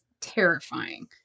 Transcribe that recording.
terrifying